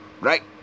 right